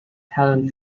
helen